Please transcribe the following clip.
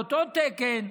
באותו תקן,